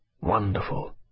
Wonderful